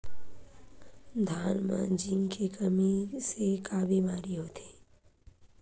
धान म जिंक के कमी से का बीमारी होथे?